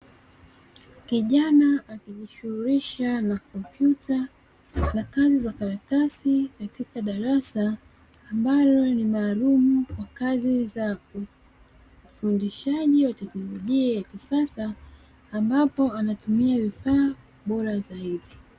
Kijana akijishughugulisha na kompyuta na kazi za karatasi katika darasa ambalo ni maalumu kwa kazi za ufundishaji wa teknolojia ya kisasa ambapo anatumia vifaa bora zaidi.